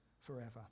forever